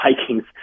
Vikings